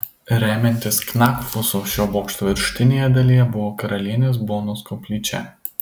remiantis knakfusu šio bokšto viršutinėje dalyje buvo karalienės bonos koplyčia